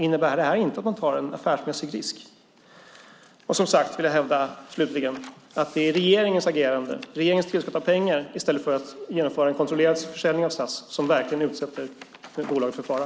Innebär inte det här att man tar en affärsmässig risk? Jag hävdar att det är regeringens agerande, regeringens tillskott av pengar i stället för att genomföra en kontrollerad försäljning av SAS, som verkligen utsätter bolaget för fara.